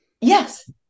Yes